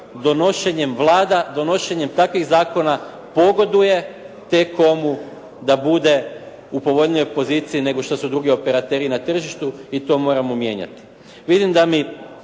donošenjem vlada, donošenjem takvih zakona pogoduje T-comu da bude u povoljnijoj poziciji nego što su drugi operateri na tržištu i to moramo mijenjati.